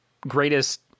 greatest